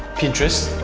pinterest,